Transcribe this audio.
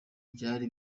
byari